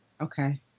Okay